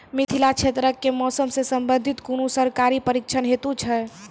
मिथिला क्षेत्रक कि मौसम से संबंधित कुनू सरकारी प्रशिक्षण हेतु छै?